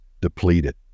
depleted